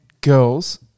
girls